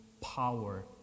power